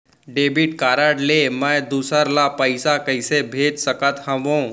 Debit card ले मैं दूसर ला पइसा कइसे भेज सकत हओं?